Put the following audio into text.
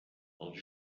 els